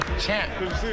Champ